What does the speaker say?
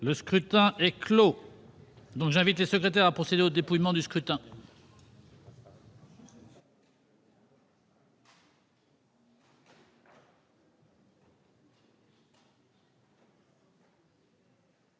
Le scrutin est clos. J'invite Mmes et MM. les secrétaires à procéder au dépouillement du scrutin.